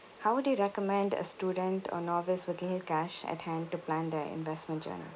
how would you recommend a student or novice with little cash at hand to plan their investment journey